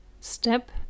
step